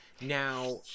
Now